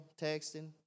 texting